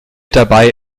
dabei